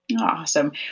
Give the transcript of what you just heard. Awesome